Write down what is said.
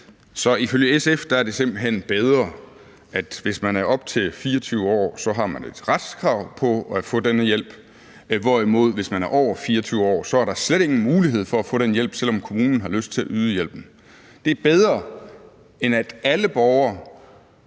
Så ifølge SF er det simpelt hen bedre, at hvis man er op til 24 år, så har man et retskrav på at få denne hjælp, hvorimod der, hvis man er over 24 år, slet ikke er nogen mulighed for at få den hjælp, selv om kommunen har lyst til at yde hjælpen. Det er bedre, end at alle borgere